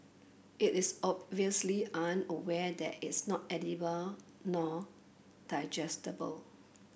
it is obviously unaware that it's not edible nor digestible